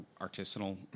artisanal